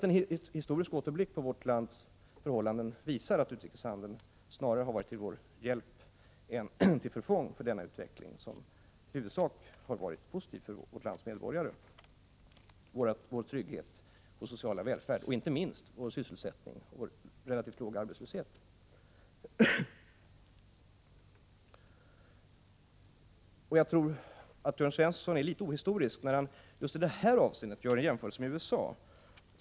En historisk återblick på vårt lands förhållanden visar att utrikeshandeln snarare har varit till hjälp än till förfång för denna utveckling, som i huvudsak har varit positiv för vårt lands medborgare, vår trygghet och sociala välfärd och inte minst för vår sysselsättning och relativt låga arbetslöshet. Jag tror att Jörn Svensson är litet ohistorisk när han just i det här avseendet gör en jämförelse med USA.